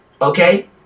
okay